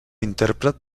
intèrpret